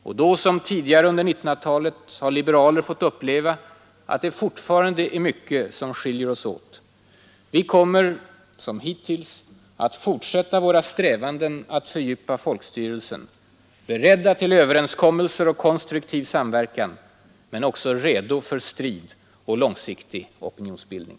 Och då som tidigare under 1900-talet har liberaler fått uppleva att det fortfarande är mycket som skiljer oss åt. Vi kommer som hittills att fortsätta våra strävanden att fördjupa folkstyrelsen, beredda till överenskommelser och konstruktiv samverkan men också redo för strid och långsiktig opinionsbildning.